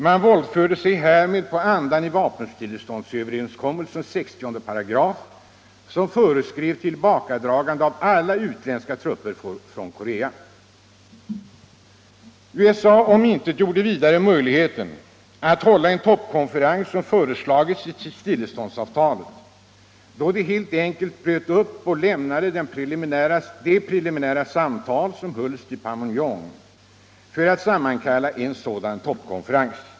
Man våldförde sig härmed på andan i vapenstilleståndsöverenskommelsens 60 §, som föreskrev tillbakadragande av alla utländska trupper från Korea. USA omintetgjorde vidare möjligheten att hålla en toppkonferens som föreslagits i stilleståndsavtalet, då man helt enkelt bröt upp och lämnade de preliminära samtal som hölls i Panmunjom för att sammankalla en sådan toppkonferens.